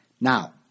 Now